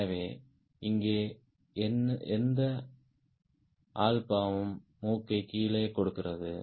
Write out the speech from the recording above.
எனவே இங்கே எந்த ஆல்பாவும் நோஸ் டவுண் கொடுக்கிறது